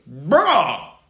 Bruh